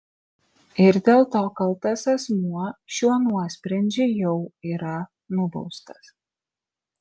ir dėl to kaltas asmuo šiuo nuosprendžiu jau yra nubaustas